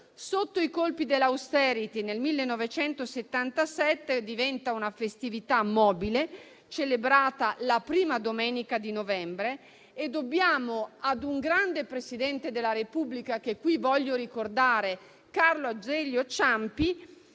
Sotto i colpi dell'*austerity*, nel 1977, diventa una festività mobile, celebrata la prima domenica di novembre. Dobbiamo ad un grande Presidente della Repubblica, che qui voglio ricordare, Carlo Azeglio Ciampi,